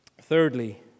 Thirdly